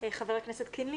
ח"כ טור פז.